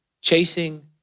chasing